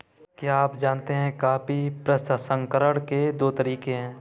क्या आप जानते है कॉफी प्रसंस्करण के दो तरीके है?